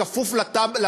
בכפוף לתב"ע,